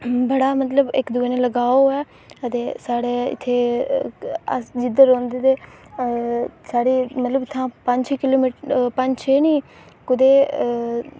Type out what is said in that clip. बड़ा मतलब इक्क दूए कन्नै लगाव होऐ ते साढ़े इत्थै अस जिद्धर रौंह्दे ते साढ़े इत्थां पंज छे पंज छे निं कोई इत्थां